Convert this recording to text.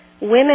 women